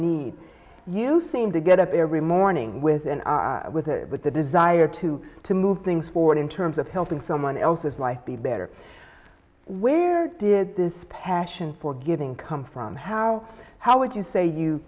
need you seem to get up every morning with and with a with a desire to to move things forward in terms of helping someone else's life be better where did this passion for giving come from how how would you say you